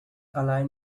align